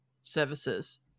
services